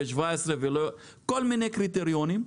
ו-2017, כל מיני קריטריונים,